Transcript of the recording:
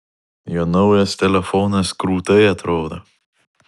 jo naujas telefonas krūtai atrodo